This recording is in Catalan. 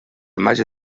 imatge